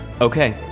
Okay